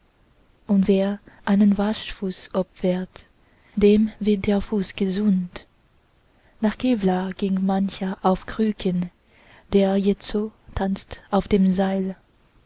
und wer einen wachsfuß opfert dem wird der fuß gesund nach kevlaar ging mancher auf krücken der jetzo tanzt auf dem seil